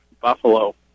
Buffalo